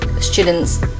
students